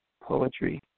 poetry